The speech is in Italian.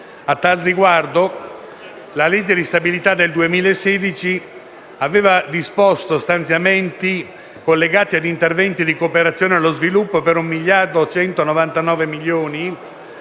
A tal riguardo ricordo che la legge di stabilità per il 2016 aveva disposto stanziamenti collegati a interventi di cooperazione allo sviluppo per 1,199 miliardi di euro,